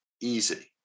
easy